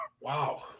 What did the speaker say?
Wow